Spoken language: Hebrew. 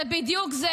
זה בדיוק זה.